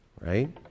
right